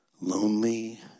lonely